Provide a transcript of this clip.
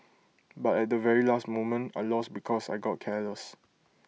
but at the very last moment I lost because I got careless